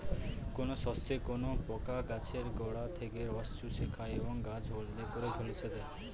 কোন শস্যে কোন পোকা গাছের গোড়া থেকে রস চুষে খায় এবং গাছ হলদে করে ঝলসে দেয়?